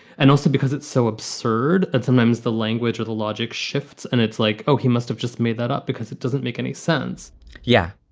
and also because it's so absurd that sometimes the language or the logic shifts and it's like, oh, he must have just made that up because it doesn't make any sense yeah,